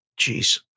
Jeez